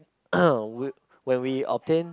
when we obtain